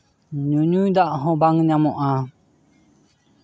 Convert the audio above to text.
ᱧᱩᱼᱧᱩ ᱫᱟᱜ ᱦᱚᱸ ᱵᱟᱝ ᱧᱟᱢᱚᱜᱼᱟ